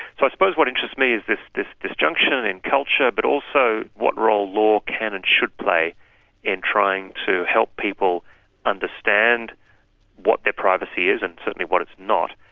so i suppose what interests me is this this junction in culture, but also what role law can and should play in trying to help people understand what their privacy is and certainly what it's not.